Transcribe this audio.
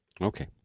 Okay